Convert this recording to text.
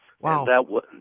Wow